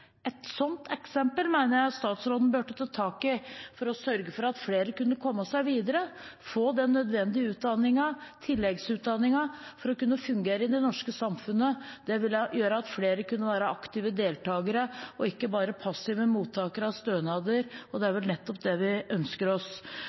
Et slikt eksempel mener jeg statsråden burde ta tak i for å sørge for at flere kunne komme seg videre, få den nødvendige tilleggsutdanningen for å kunne fungere i det norske samfunnet. Det ville gjøre at flere kunne være aktive deltakere, ikke bare passive mottakere av stønader, og det er